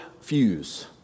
fuse